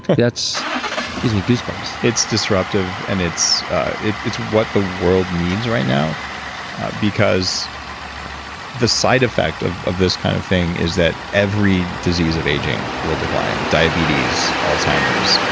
that's gives me goosebumps it's disruptive and it's it's what the world needs right now because the side effect of of this kind of thing is every disease of aging will decline. diabetes, alzheimer's,